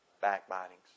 backbitings